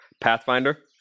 Pathfinder